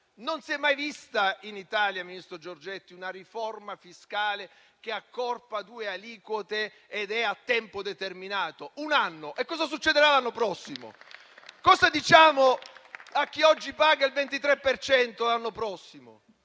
Non si è mai vista in Italia, ministro Giorgetti, una riforma fiscale che accorpa due aliquote ed è a tempo determinato: un anno. Cosa succederà l'anno prossimo? Cosa diciamo a chi oggi pagherà il 23 per cento per l'anno prossimo?